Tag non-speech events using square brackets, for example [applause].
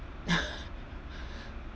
[laughs]